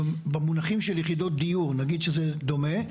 אבל במונחים של יחידות דיור, נגיד שזה דומה,